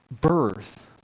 birth